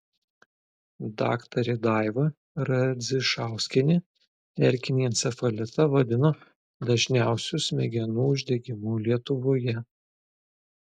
daktarė daiva radzišauskienė erkinį encefalitą vadino dažniausiu smegenų uždegimu lietuvoje